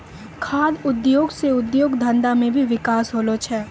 खाद्य उद्योग से उद्योग धंधा मे भी बिकास होलो छै